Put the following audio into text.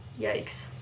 Yikes